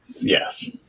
Yes